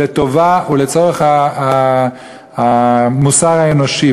לטובה ולצורך המוסר האנושי.